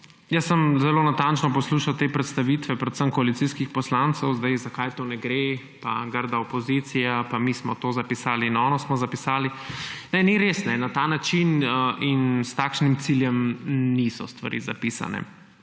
skupin. Zelo natančno sem poslušal te predstavitve, predvsem koalicijskih poslancev, zakaj to ne gre pa grda opozicija pa mi smo to zapisali in ono smo zapisali. Ne, ni res. Na ta način in s takšnim ciljem stvari niso zapisane.